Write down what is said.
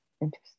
Interesting